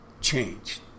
changed